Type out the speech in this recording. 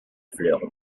fleur